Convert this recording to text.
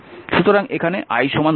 সুতরাং এখানে i 10 ampere